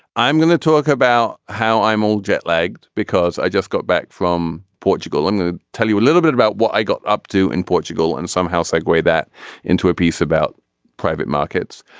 i'm going to talk about how i'm all jet lagged because i just got back from portugal i'm going to tell you a little bit about what i got up to in portugal and somehow segway that into a piece about private markets.